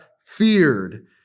feared